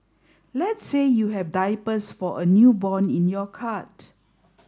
let's say you have diapers for a newborn in your cart